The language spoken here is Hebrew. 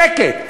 שקט,